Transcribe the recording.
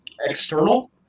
external